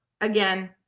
again